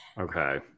Okay